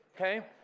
Okay